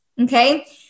Okay